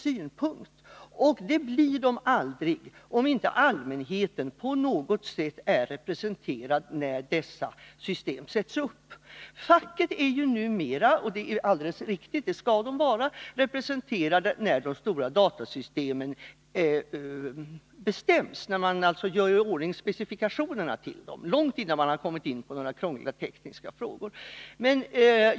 Så blir inte fallet om inte allmänheten på något sätt är representerad när systemen sätts upp. Facket är ju numera, och det är alldeles riktigt, representerat när de stora datasystemen bestäms, dvs. när specifikationerna görs i ordning och långt innan man kommit in på några krångliga tekniska frågor.